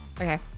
Okay